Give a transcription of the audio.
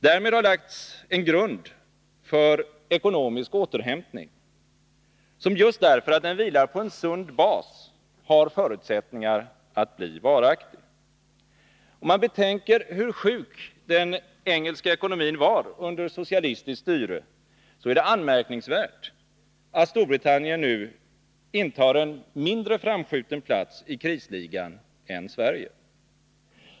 Därmed har lagts en grund för en ekonomisk återhämtning, som just därför att den vilar på en sund bas har förutsättningar att bli varaktig. Om man betänker hur sjuk den engelska ekonomin var under socialistiskt styre, är det anmärkningsvärt att Storbritannien nu intar en mindre framskjuten plats i krisligan än Sverige.